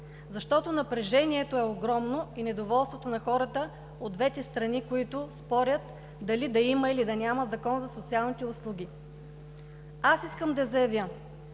Защото напрежението е огромно и недоволството на хората от двете страни, които спорят дали да има, или да няма Закон за социалните услуги. Аз искам да заявя,